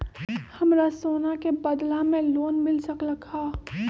हमरा सोना के बदला में लोन मिल सकलक ह?